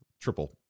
triple